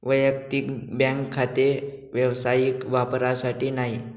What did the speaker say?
वैयक्तिक बँक खाते व्यावसायिक वापरासाठी नाही